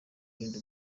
urinda